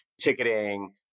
ticketing